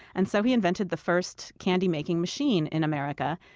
and so he invented the first candy-making machine in america,